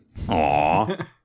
Aww